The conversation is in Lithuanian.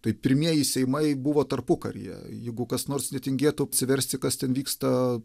tai pirmieji seimai buvo tarpukaryje jeigu kas nors netingėtų apsiversti kas ten vyksta